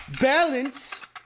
balance